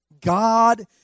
God